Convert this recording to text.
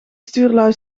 stuurlui